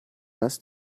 das